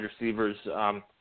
receivers